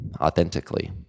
authentically